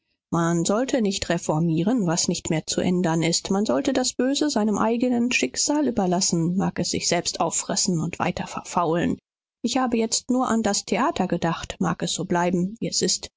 man sollte nicht reformieren was nicht mehr zu ändern ist man sollte das böse seinem eigenen schicksal überlassen mag es sich selbst auffressen und weiter verfaulen ich habe jetzt nur an das theater gedacht mag es so bleiben wie es ist